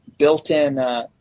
built-in